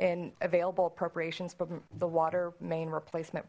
and available appropriations from the water main replacement